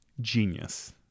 genius